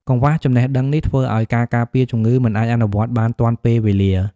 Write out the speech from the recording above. កង្វះចំណេះដឹងនេះធ្វើឱ្យការការពារជំងឺមិនអាចអនុវត្តបានទាន់ពេលវេលា។